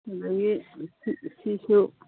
ꯑꯗꯒꯤ ꯁꯤꯁꯨ